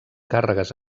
càrregues